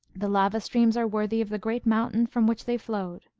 the lava streams are worthy of the great mountain from which they flowed.